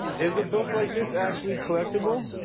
is a book like this actually collectible?